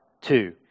two